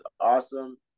awesome